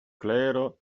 clero